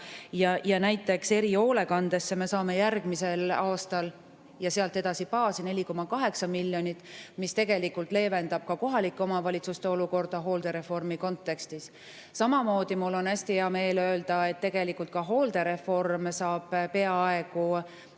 Näiteks erihoolekandesse me saame järgmisel aastal ja sealt edasi baasi 4,8 miljonit, mis tegelikult leevendab ka kohalike omavalitsuste olukorda hooldereformi kontekstis. Samamoodi on mul hästi hea meel öelda, et ka hooldereform saab peaaegu